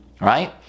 right